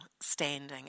standing